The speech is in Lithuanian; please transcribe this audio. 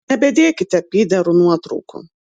nebedėkite pyderų nuotraukų